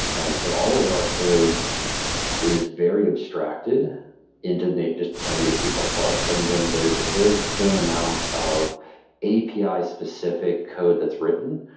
and so all of our code is very abstracted into just kind of native c plus plus. and then there's a very thin amount of api-specific code that's written.